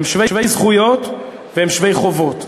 הם שווי זכויות והם שווי חובות,